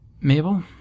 Mabel